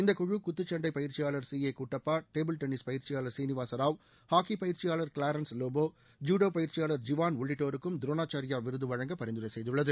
இந்த குழு குத்துச்சண்டை பயிற்சியாளர் C A Kuttappa table tennis பயிற்சியாளர் சீனிவாசராவ் ஹாக்கி பயிற்சியாளர் கிளாரன்ஸ் லோபோ ஜூடோ பயிற்சியாளர் ஜிவான் உள்ளிட்டோருக்கும் த்ரோனாச்சுரியார் விருது வழங்க பரிந்துரை செய்துள்ளது